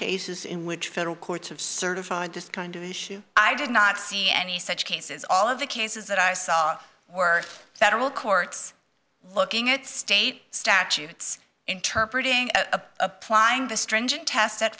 cases in which federal courts have certified this kind of issue i did not see any such cases all of the cases that i saw were federal courts looking at state statutes interpret in a climb the stringent test set